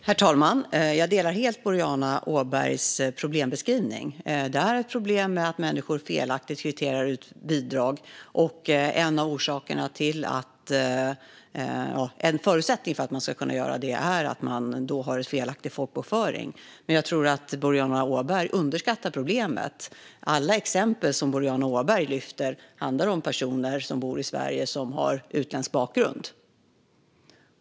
Herr talman! Jag delar helt Boriana Åbergs problembeskrivning. Det är ett problem att människor felaktigt kvitterar ut bidrag. En förutsättning för att man ska kunna göra det är att man är folkbokförd på ett felaktigt sätt. Jag tror dock att Boriana Åberg underskattar problemet. Alla exempel som Boriana Åberg tar upp handlar om personer som bor i Sverige men som har utländsk bakgrund.